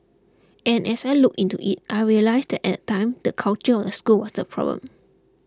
and as I looked into it I realised that at time the culture of the school was the problem